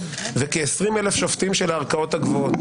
וכ-20,000 שופטים של הערכאות הגבוהות.